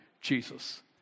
Jesus